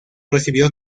recibió